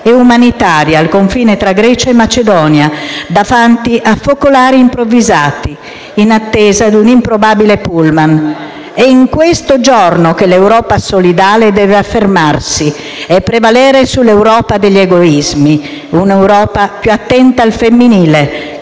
e umanitaria al confine tra Grecia e Macedonia, davanti a focolari improvvisati in attesa di un improbabile pullman. E[ ]in questo giorno che l’Europa solidale deve affermarsi e prevalere sull’Europa degli egoismi, un’Europa piuattenta al femminile,